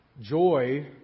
joy